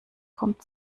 kommt